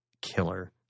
killer